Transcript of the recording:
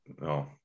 no